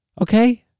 Okay